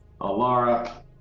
Alara